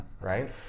right